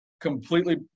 completely